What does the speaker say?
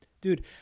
Dude